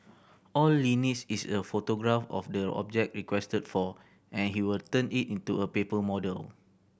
all Li needs is a photograph of the object requested for and he will turn it into a paper model